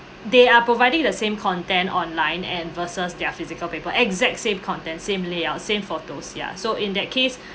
they are providing the same content online and versus their physical paper exact same content same layout same photos ya so in that case